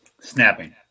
Snapping